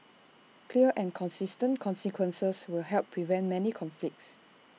clear and consistent consequences will help prevent many conflicts